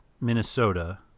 Minnesota